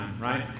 right